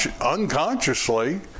unconsciously